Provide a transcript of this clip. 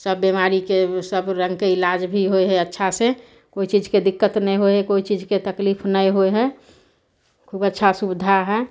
सब बीमारीके सब रङ्गके इलाज भी होइ हइ अच्छासँ कोइ चीजके दिक्कत नहि होइ हइ कोइ चीजके तकलीफ नहि होइ हइ खुब अच्छा सुवधा हय